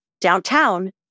downtown